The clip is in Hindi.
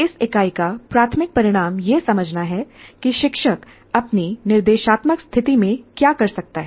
इस इकाई का प्राथमिक परिणाम यह समझना है कि शिक्षक अपनी निर्देशात्मक स्थिति में क्या कर सकता है